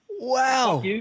Wow